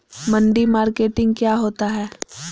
मंडी मार्केटिंग क्या होता है?